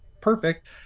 perfect